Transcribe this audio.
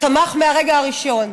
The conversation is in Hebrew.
תמך מהרגע הראשון,